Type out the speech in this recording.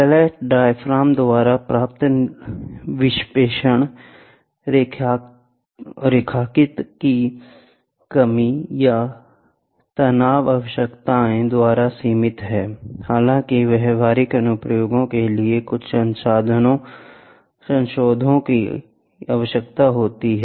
flat diaphragm द्वारा प्राप्त विक्षेपण रैखिकता की कमी या तनाव आवश्यकताओं द्वारा सीमित है हालांकि व्यावहारिक अनुप्रयोगों के लिए कुछ संशोधनों की आवश्यकता होती है